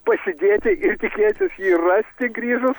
pasidėti ir tikėtis jį rasti grįžus